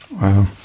Wow